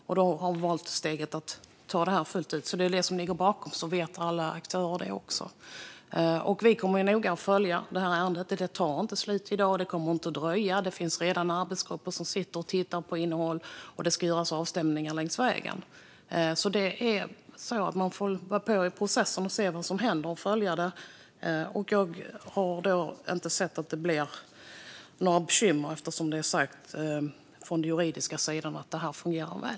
Därför har man valt att ta steget fullt ut. Det är det som ligger bakom, och då vet alla aktörer det också. Vi kommer att följa ärendet noga. Det tar inte slut i dag. Det kommer inte att dröja, för det finns redan arbetsgrupper som tittar på innehåll. Det ska göras avstämningar längs vägen, så man får vara på i processen och se vad som händer och följa det. Jag har inte sett att det blir några bekymmer eftersom det är sagt från den juridiska sidan att detta fungerar väl.